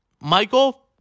Michael